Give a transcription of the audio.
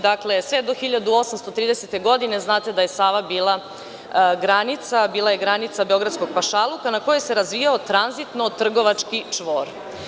Dakle, sve do 1830. godine, zante da je Sava bila granica beogradskog pašaluka na kojoj se razvijao tranzitno trgovački čvor.